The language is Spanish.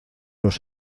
los